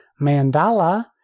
mandala